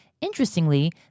Interestingly